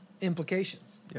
implications